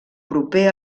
proper